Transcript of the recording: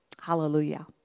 Hallelujah